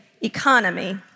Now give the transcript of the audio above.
economy